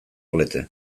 lete